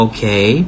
Okay